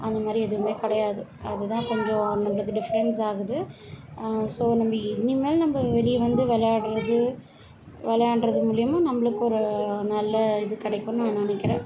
அந்தமாதிரி எதுவுமே கிடையாது அதுதான் கொஞ்சம் நம்மளுக்கு டிஃப்ரென்ஸ் ஆகுது ஸோ நம்ப இனிமேல் நம்ம வெளியே வந்து விளாட்றது விளாண்ட்றது மூலயமா நம்மளுக்கு ஒரு நல்ல இது கிடைக்குன்னு நான் நினைக்கிறேன்